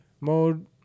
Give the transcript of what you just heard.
mode